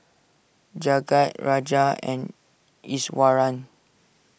Jagat Raja and Iswaran